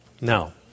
Now